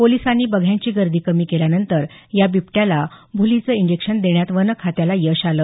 पोलिसांनी बघ्यांची गर्दी कमी केल्यानंतर या बिबट्याला भूलीचं इंजेक्शन देण्यात वन खात्याला यश आलं